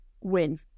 win